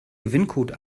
gewinncode